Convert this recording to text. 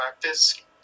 practice